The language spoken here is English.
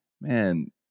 man